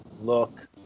look